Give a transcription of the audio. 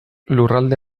lurralde